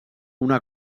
una